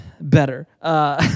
Better